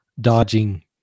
dodging